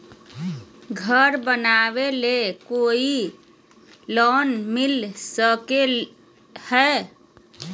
घर बनावे ले कोई लोनमिल सकले है?